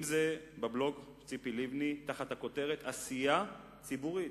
אם זה בבלוג של ציפי לבני תחת הכותרת עשייה ציבורית,